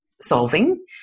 solving